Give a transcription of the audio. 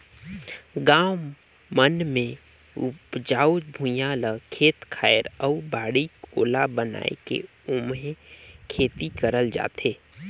गाँव मन मे उपजऊ भुइयां ल खेत खायर अउ बाड़ी कोला बनाये के ओम्हे खेती करल जाथे